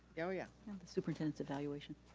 oh yeah. the superintendent's evaluation,